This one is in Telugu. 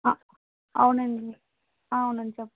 అవునండి అవునం చెప్